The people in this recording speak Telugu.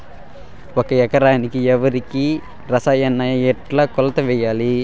ఒక ఎకరా వరికి రసాయనాలు ఎట్లా కొలత వేయాలి?